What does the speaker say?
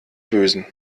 bösen